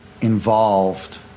involved